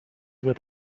with